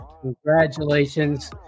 congratulations